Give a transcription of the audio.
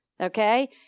Okay